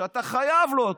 שאתה חייב לו,